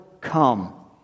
come